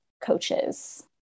coaches